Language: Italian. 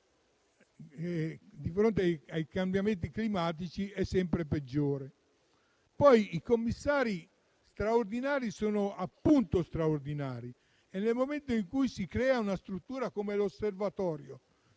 di fronte ai cambiamenti climatici è sempre peggiore. I commissari straordinari sono appunto tali e, nel momento in cui si crea una struttura come l'Osservatorio